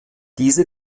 diese